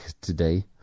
today